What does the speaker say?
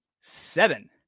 seven